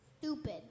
stupid